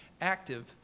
active